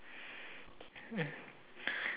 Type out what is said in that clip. hmm